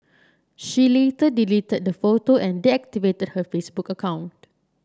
she later deleted the photo and deactivated her Facebook account